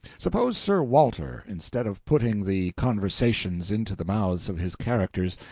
suppose sir walter, instead of putting the conversations into the mouths of his characters,